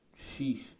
sheesh